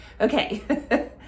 okay